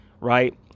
right